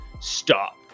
stop